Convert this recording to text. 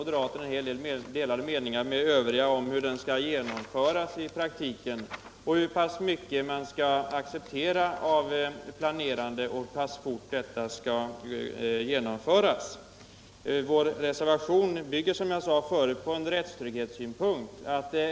Däremot har vi moderater en annan mening om hur den skall genomföras i praktiken, om hur mycket man skall acceptera av planerande och hur snabbt planerna skall genomföras. Vår reservation bygger, som jag sade förut, på en rättstrygghetssynpunkt.